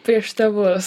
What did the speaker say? prieš tėvus